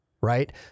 right